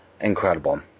incredible